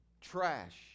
trash